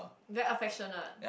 very affectionate